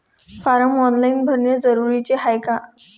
Form online भरने जरुरीचे हाय का?